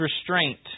restraint